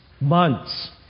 months